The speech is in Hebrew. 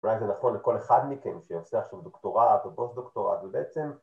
ואולי זה נכון לכל אחד מכם שיושב שם דוקטורט או פוסט דוקטורט ובעצם